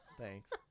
thanks